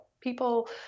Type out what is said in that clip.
people